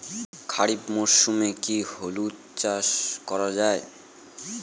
খরিফ মরশুমে কি হলুদ চাস করা য়ায়?